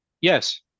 yes